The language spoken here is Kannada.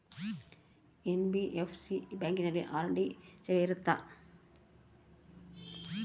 ಎನ್.ಬಿ.ಎಫ್.ಸಿ ಬ್ಯಾಂಕಿನಲ್ಲಿ ಆರ್.ಡಿ ಸೇವೆ ಇರುತ್ತಾ?